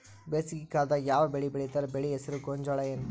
ಬೇಸಿಗೆ ಕಾಲದಾಗ ಯಾವ್ ಬೆಳಿ ಬೆಳಿತಾರ, ಬೆಳಿ ಹೆಸರು ಗೋಂಜಾಳ ಏನ್?